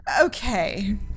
okay